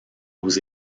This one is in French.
aux